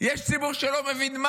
יש ציבור שלא מבין.